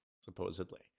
supposedly